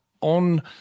on